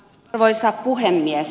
arvoisa puhemies